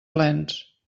plens